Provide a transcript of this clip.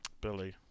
Billy